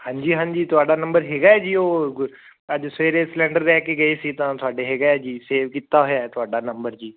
ਹਾਂਜੀ ਹਾਂਜੀ ਤੁਹਾਡਾ ਨੰਬਰ ਹੈਗਾ ਜੀ ਉਹ ਅੱਜ ਸਵੇਰੇ ਸਿਲਿੰਡਰ ਲੈ ਕੇ ਗਏ ਸੀ ਤਾਂ ਸਾਡੇ ਹੈਗਾ ਜੀ ਸੇਵ ਕੀਤਾ ਹੋਇਆ ਤੁਹਾਡਾ ਨੰਬਰ ਜੀ